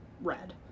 red